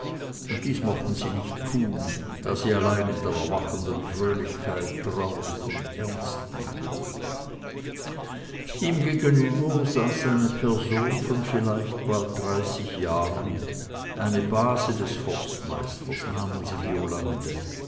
und dies mochten sie nicht tun da sie allein in der erwachenden fröhlichkeit traurig und ernst blieben ihm gegenüber saß eine person von vielleicht bald dreißig jahren eine base des forstmeisters namens violande